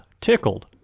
Tickled